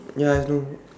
ya I know